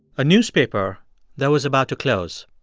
a newspaper that was about to close.